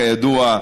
כידוע: